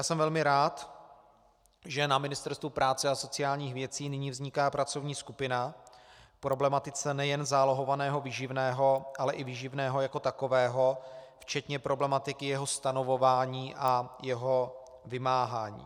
Jsem velmi rád, že na Ministerstvu práce a sociálních věcí nyní vzniká pracovní skupina k problematice nejen zálohovaného výživného, ale i výživného jako takového včetně problematiky jeho stanovování a jeho vymáhání.